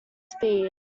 speed